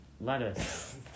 Lettuce